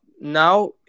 now